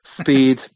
speed